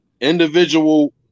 Individual